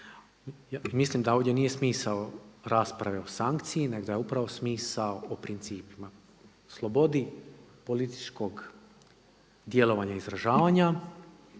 mislim da ovdje nije smisao rasprave o sankciji nego da je upravo smisao o principima, slobodi političkog djelovanja i izražavanja